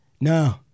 No